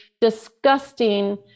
disgusting